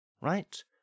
right